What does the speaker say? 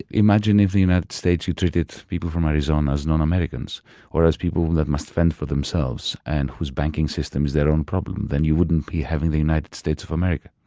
imagine if in the united states you treated people from arizona as non-americans or as people that must fend for themselves and whose banking system is their own problem. then you wouldn't be having the united states of america.